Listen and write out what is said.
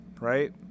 right